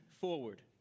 forward